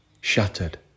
shattered